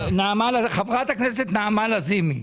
חברת הכנסת נעמה לזימי.